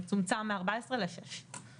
הרשימה צומצמה מ-14 ל-6 מדינות.